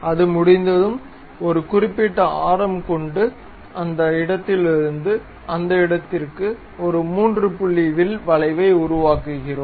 அது முடிந்ததும் ஒரு குறிப்பிட்ட ஆரம் கொண்டு அந்த இடத்திலிருந்து அந்த இடத்திற்கு ஒரு 3 புள்ளி வில் வளைவை உருவாக்குகிறோம்